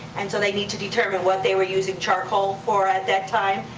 and so they need to determine what they were using charcoal for at that time.